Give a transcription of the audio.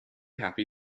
happy